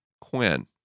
Quinn